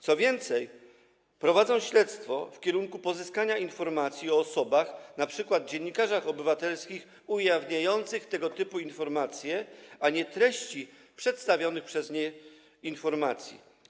Co więcej, prowadzą śledztwa w kierunku pozyskania informacji o osobach, np. dziennikarzach obywatelskich, ujawniających tego typu informacje, a nie treści przedstawionych przez nie informacji.